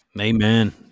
Amen